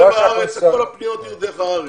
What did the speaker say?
כל הפניות יהיו דרך הארץ.